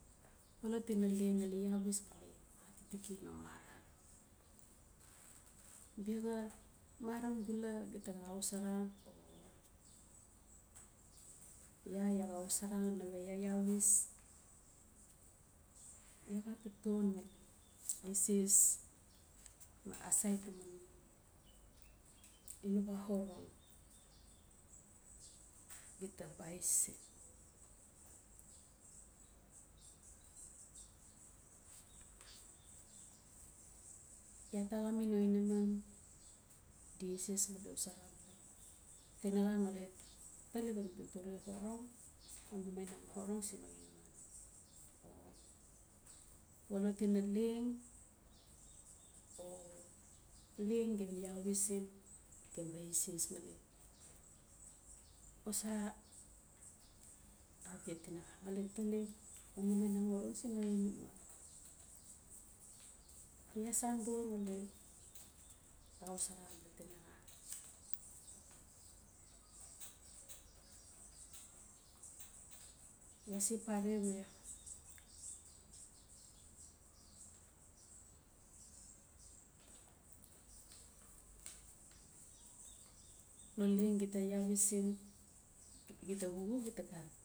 Xolot ina leng ngali iawis ngali atitiki no marai. biaxa mara bula gita xa xosara o iaa, iaa xa xosara nawe iaa iawis, iaa xa taton ngali eses ma asait taman ilawa orong, gita bais siin. Iaa taxa mi no inaman di eses ngali xosara abala tinaxa ngali tali xan totore orong siin no inaman. Xolot ina leng o leng ngali iawis siin, gem eses ngali xosara abia tinaxa. Ngali tali xan mamainang orong siin no inaman. Iaa san buxa ngali xas xosara abala tinaxa. iaa se pare we no leng gem ta iawis siin, gita xukxuk gita gat